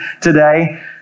today